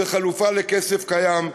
זו חלופה לכסף קיים,